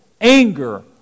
anger